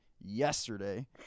yesterday